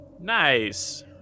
Nice